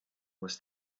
was